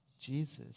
Jesus